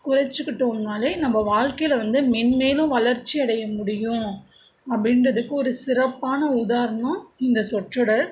குறைச்சிக்கிட்டோம்னால் நம்ம வாழ்க்கையில் வந்து மென்மேலும் வளர்ச்சியடைய முடியும் அப்படின்றதுக்கு ஒரு சிறப்பான உதாரணோம் இந்த சொற்றொடர்